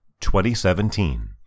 2017